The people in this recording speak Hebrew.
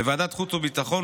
בוועדת החוץ והביטחון,